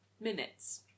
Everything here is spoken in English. minutes